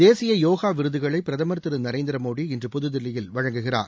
தேசிய யோகா விருதுகளை பிரதமர் திரு நரேந்திர மோடி இன்று புதுதில்லியில் வழங்குகிறார்